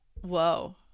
Whoa